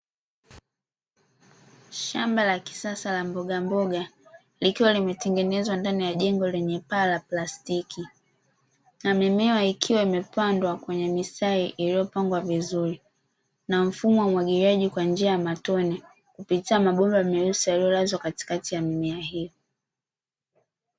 Shamba la kisasa la mbogamboga, likiwa limetengenezwa ndani ya jengo lenye paa la plastiki na mimea ikiwa imepandwa kwenye mistari iliyopangwa vizuri, na mfumo wa umwagiliaji kwa njia ya matone, kupitia mabomba meusi yaliyolazwa katikati ya mimea hiyo.